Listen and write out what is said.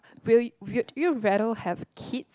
will y~ would you rather have kids